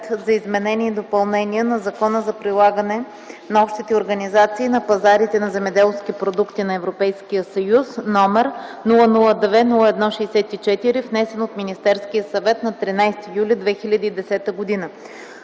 за изменение и допълнение на Закона за прилагане на общите организации на пазарите на земеделски продукти на Европейския съюз, № 002-01-64, внесен от Министерския съвет на 13 юли 2010г.